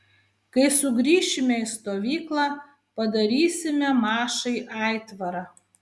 kai sugrįšime į stovyklą padarysime mašai aitvarą